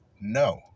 no